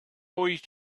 always